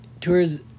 tours